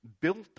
built